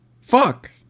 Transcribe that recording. Fuck